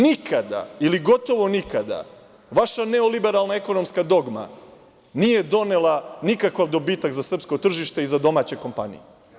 Nikada ili gotovo nikada vaša neoliberalna ekonomska dogma nije donela nikakav dobitak za srpsko tržište i za domaće kompanije.